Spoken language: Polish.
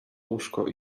łóżko